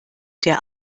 der